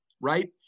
right